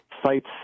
sites